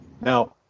Now